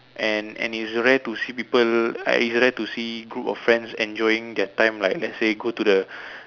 and and it's rare to see people ah it's rare to see group of friends enjoying their time like let's say go to the